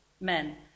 men